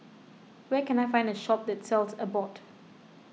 where can I find a shop that sells Abbott